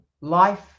life